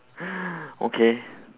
okay